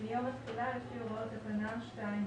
מיום התחילה על פי הוראות תקנה 2(ב).